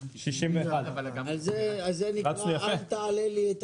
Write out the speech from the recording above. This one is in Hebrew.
נציגי הממשלה צריכים לחזור אלינו עם תשובות.